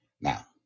Now